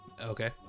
Okay